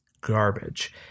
garbage